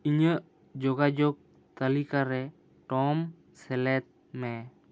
ᱤᱧᱟᱹᱜ ᱡᱳᱜᱟᱡᱳᱜᱽ ᱛᱟᱞᱤᱠᱟ ᱨᱮ ᱴᱚᱢ ᱥᱮᱞᱮᱫ ᱢᱮ